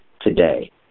today